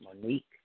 Monique